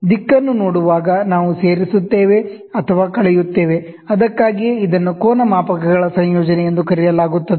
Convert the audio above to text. ದಿಕ್ಕನ್ನು ನೋಡುವಾಗ ನಾವು ಸೇರಿಸುತ್ತೇವೆ ಅಥವಾ ಕಳೆಯುತ್ತೇವೆ ಅದಕ್ಕಾಗಿಯೇ ಇದನ್ನು ಕೋನ ಮಾಪಕಗಳ ಸಂಯೋಜನೆ ಎಂದು ಕರೆಯಲಾಗುತ್ತದೆ